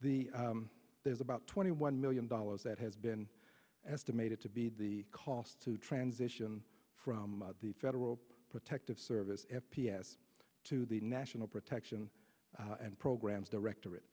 the there's about twenty one million dollars that has been estimated to be the cost to transition from the federal protective service f p s to the national protection and programs director